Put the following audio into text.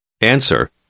Answer